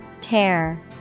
Tear